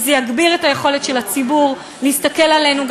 זה יגביר את היכולת של הציבור להסתכל עלינו,